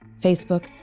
Facebook